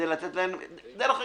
דרך אגב,